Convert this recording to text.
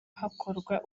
hakorwa